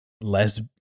less